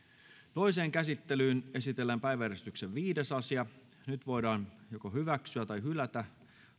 toiseen käsittelyyn esitellään päiväjärjestyksen viides asia nyt voidaan hyväksyä tai hylätä